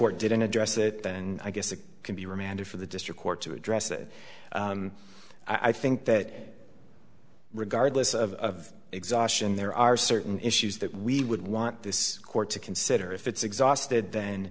court didn't address it and i guess it can be remanded for the district court to address it i think that regardless of exhaustion there are certain issues that we would want this court to consider if it's exhausted then